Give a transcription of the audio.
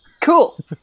cool